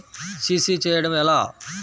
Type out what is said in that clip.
CC చేయడము ఎలా?